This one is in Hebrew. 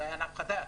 זה היה ענף חדש.